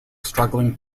struggling